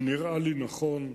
הוא נראה לי נכון,